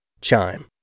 Chime